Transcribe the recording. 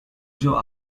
jaw